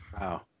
Wow